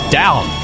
down